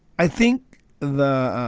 i think the